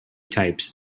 types